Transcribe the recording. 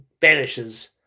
vanishes